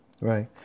Right